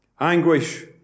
Anguish